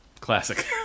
Classic